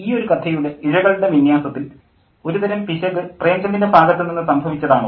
ഈയൊരു കഥയുടെ ഇഴകളുടെ വിന്യാസത്തിൽ ഒരു തരം പിശക് പ്രേംചന്ദിൻ്റെ ഭാഗത്തു നിന്ന് സംഭവിച്ചതാണോ